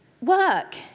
Work